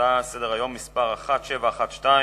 הצעה לסדר-היום שמספרה 1712,